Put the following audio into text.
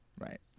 Right